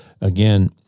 again